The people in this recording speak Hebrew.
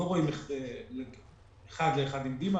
רואים אחד לאחד עם דימה.